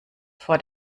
vor